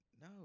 No